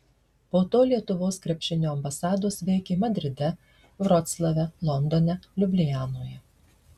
po to lietuvos krepšinio ambasados veikė madride vroclave londone liublianoje